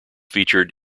featured